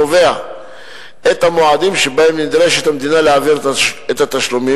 קובע את המועדים שבהם נדרשת המדינה להעביר את התשלומים,